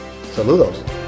Saludos